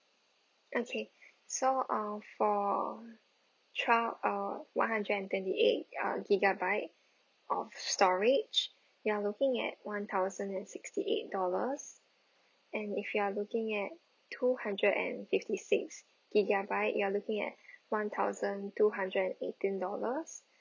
okay so uh for twelve uh one hundred and twenty eight ah gigabyte of storage you're looking at one thousand and sixty eight dollars and if you're looking at two hundred and fifty six gigabyte you're looking at one thousand two hundred and eighteen dollars